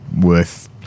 worth